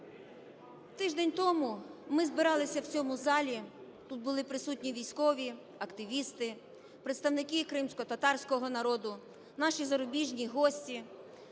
Тиждень тому ми збиралися в цьому залі, тут були присутні військові, активісти, представники кримськотатарського народу, наші зарубіжні гості,